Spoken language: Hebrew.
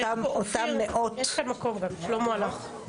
אותם מאות עצורים